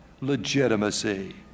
legitimacy